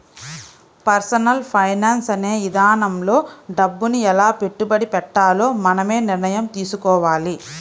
personal finance అనే ఇదానంలో డబ్బుని ఎలా పెట్టుబడి పెట్టాలో మనమే నిర్ణయం తీసుకోవాలి